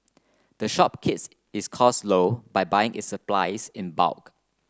the shop keeps its costs low by buying its supplies in bulk